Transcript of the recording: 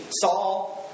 Saul